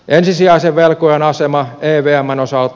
ensisijaisen velkojan asema evmn osalta